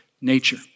nature